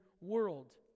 world